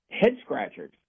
head-scratchers